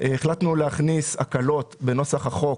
החלטנו להכניס הקלות בנוסח החוק